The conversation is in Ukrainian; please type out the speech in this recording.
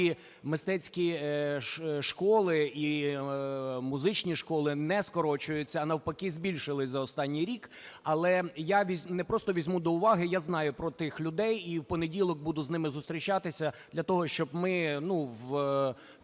мистецькі школи і музичні школи не скорочуються, а навпаки збільшились за останній рік. Але я не просто візьму до уваги, я знаю про тих людей. І в понеділок буду з ними зустрічатися для того, щоб ми в